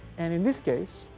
and in this case,